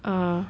err